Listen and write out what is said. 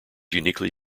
uniquely